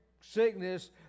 sickness